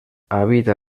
habita